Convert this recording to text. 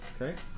Okay